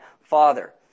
Father